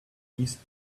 these